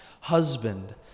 husband